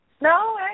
No